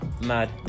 mad